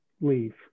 leave